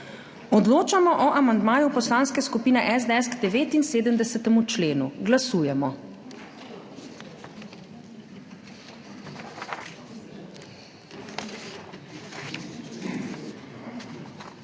Odločamo o amandmaju Poslanske skupine SDS k 79. členu. Glasujemo.